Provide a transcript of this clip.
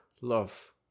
love